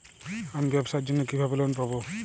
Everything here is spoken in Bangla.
আমি ব্যবসার জন্য কিভাবে লোন পাব?